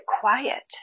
quiet